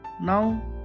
Now